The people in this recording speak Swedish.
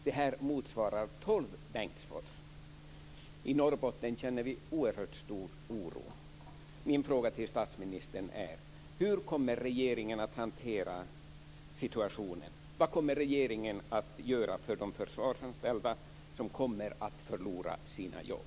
Det motsvarar tolv Bengtsfors. I Norrbotten känner vi en oerhört stor oro. Hur kommer regeringen att hantera situationen, statsministern? Vad kommer regeringen att göra för de försvarsanställda som kommer att förlora sina jobb?